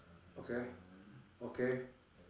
okay okay